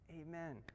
amen